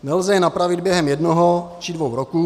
Nelze je napravit během jednoho či dvou roků.